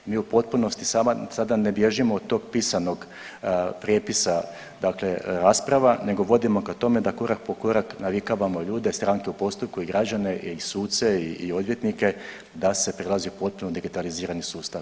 Mi u potpunosti sada ne bježimo od tog pisanog prijepisa dakle rasprava nego vodimo ka tome da korak po korak navikavamo ljude, stranke u postupku i građane i suce i odvjetnike da se prelazi u potpuno digitalizirani sustav.